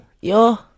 yo